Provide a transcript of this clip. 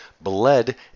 Bled